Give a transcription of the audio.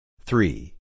Three